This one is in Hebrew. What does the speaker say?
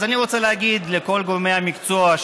אז אני רוצה להגיד לכל גורמי המקצוע,